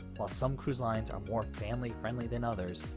while some cruise lines are more family-friendly than others,